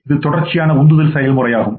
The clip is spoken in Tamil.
இது தொடர்ச்சியான உந்துதல் செயல்முறையாகும்